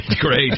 great